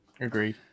Agreed